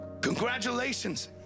Congratulations